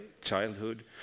childhood